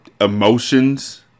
Emotions